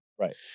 Right